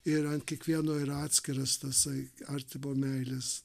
ir ant kiekvieno yra atskiras tasai artimo meilės